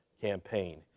campaign